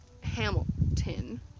Hamilton